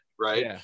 right